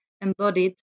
embodied